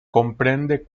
comprende